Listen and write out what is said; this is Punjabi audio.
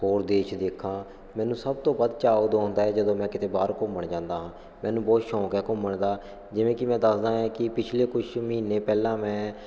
ਹੋਰ ਦੇਸ਼ ਦੇਖਾਂ ਮੈਨੂੰ ਸਭ ਤੋਂ ਵੱਧ ਚਾਅ ਉਦੋਂ ਹੁੰਦਾ ਜਦੋਂ ਮੈਂ ਕਿਤੇ ਬਾਹਰ ਘੁੰਮਣ ਜਾਂਦਾ ਹਾਂ ਮੈਨੂੰ ਬਹੁਤ ਸ਼ੌਂਕ ਹੈ ਘੁੰਮਣ ਦਾ ਜਿਵੇਂ ਕਿ ਮੈਂ ਦੱਸਦਾ ਐਂ ਕਿ ਪਿਛਲੇ ਕੁਝ ਮਹੀਨੇ ਪਹਿਲਾਂ ਮੈਂ